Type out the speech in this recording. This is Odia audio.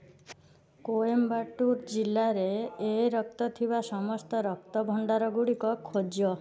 କୋଏମ୍ବାଟୁର ଜିଲ୍ଲାରେ ଏ ରକ୍ତ ଥିବା ସମସ୍ତ ରକ୍ତ ଭଣ୍ଡାରଗୁଡ଼ିକ ଖୋଜ